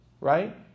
right